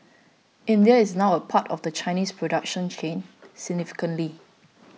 India is now a part of the Chinese production chain significantly